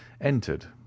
entered